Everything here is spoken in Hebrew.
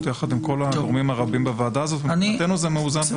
יחד עם כל הגורמים הרבים בוועדה הזאת ומבחינתנו זה מאוזן ונכון.